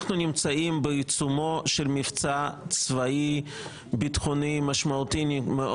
אנחנו נמצאים בעיצומו של מבצע צבאי ביטחוני משמעותי מאוד